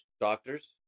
doctors